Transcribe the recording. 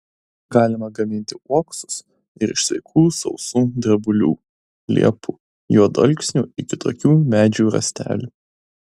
galima gaminti uoksus ir iš sveikų sausų drebulių liepų juodalksnių ir kitokių medžių rąstelių